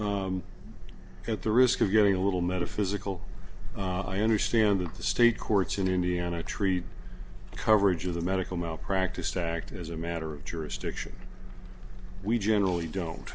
at the risk of getting a little metaphysical i understand that the state courts in indiana treat coverage of the medical malpractise act as a matter of jurisdiction we generally don't